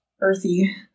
earthy